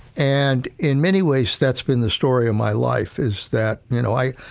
and in many ways, that's been the story of my life, is that, you know, i,